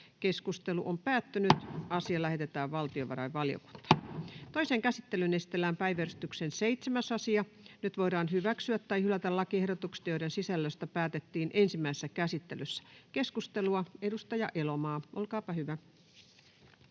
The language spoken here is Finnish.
annetun lain 1 §:n muuttamisesta Time: N/A Content: Toiseen käsittelyyn esitellään päiväjärjestyksen 7. asia. Nyt voidaan hyväksyä tai hylätä lakiehdotukset, joiden sisällöstä päätettiin ensimmäisessä käsittelyssä. — Keskustelua, edustaja Elomaa, olkaapa hyvä.